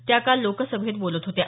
त्या काल लोकसभेत बोलत होत्या